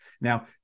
Now